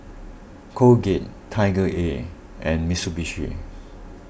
Colgate TigerAir and Mitsubishi